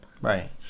right